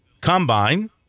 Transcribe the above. Combine